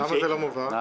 למה זה לא מובהק?